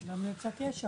תודה.